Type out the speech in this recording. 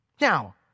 Now